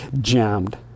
jammed